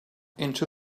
into